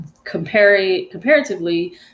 Comparatively